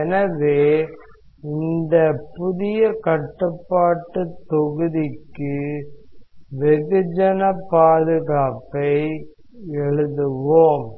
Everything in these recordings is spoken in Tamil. எனவே அந்த புதிய கட்டுப்பாட்டு தொகுதிக்கு வெகுஜன பாதுகாப்பை எழுதுவோம்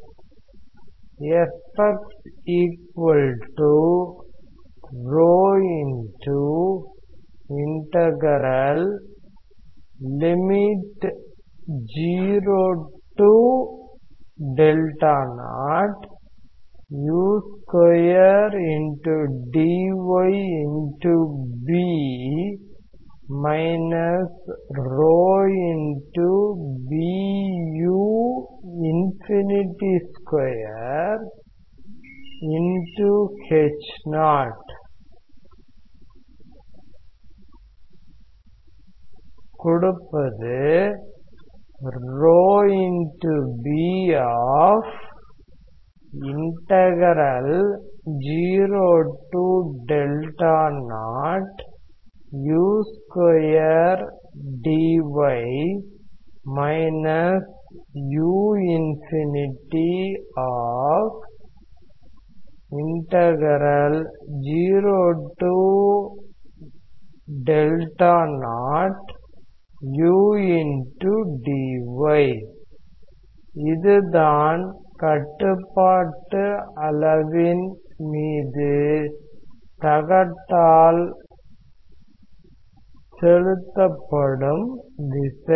இதுதான் கட்டுப்பாட்டு அளவின் மீது தகட்டால் செலுத்தப்படும் விசை